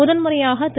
முதன்முறையாக திரு